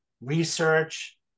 research